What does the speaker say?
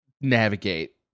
navigate